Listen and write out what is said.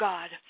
God